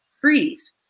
freeze